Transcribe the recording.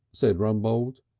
said rumbold.